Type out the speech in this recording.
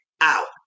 out